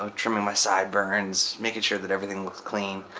so trimming my sideburns, making sure that everything looks clean,